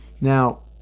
Now